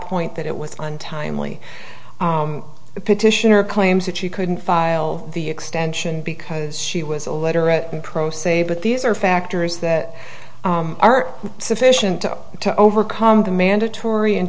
point that it was untimely the petitioner claims that she couldn't file the extension because she was a literate and pro se but these are factors that are sufficient to overcome the mandatory